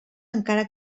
encara